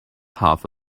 half